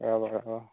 ৰ'ব ৰ'ব